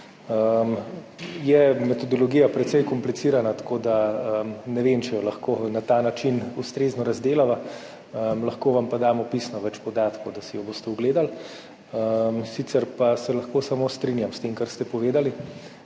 Metodologija je precej komplicirana, tako da ne vem, če jo lahko na ta način ustrezno razdelava. Lahko vam pa pisno damo več podatkov, da si jo boste ogledali. Sicer pa se lahko samo strinjam s tem, kar ste povedali.